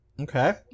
Okay